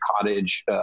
cottage